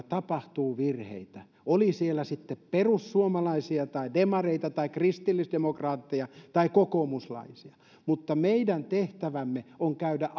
tapahtuu virheitä oli siellä sitten perussuomalaisia tai demareita tai kristillisdemokraatteja tai kokoomuslaisia mutta meidän tehtävämme on käydä